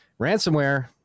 Ransomware